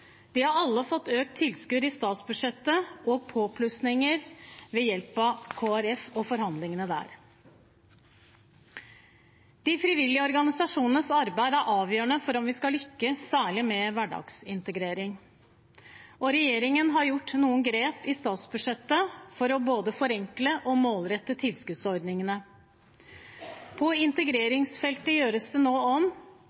De har alle fått økt tilskudd i statsbudsjettet og påplussinger ved hjelp av forhandlingene med Kristelig Folkeparti. De frivillige organisasjonenes arbeid er avgjørende for om vi skal lykkes, særlig med hverdagsintegrering. Regjeringen har gjort noen grep i statsbudsjettet for både å forenkle og målrette tilskuddsordningene. På